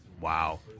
Wow